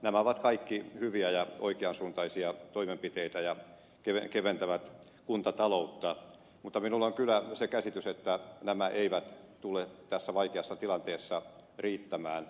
nämä ovat kaikki hyviä ja oikean suuntaisia toimenpiteitä ja keventävät kuntataloutta mutta minulla on kyllä se käsitys että nämä eivät tule tässä vaikeassa tilanteessa riittämään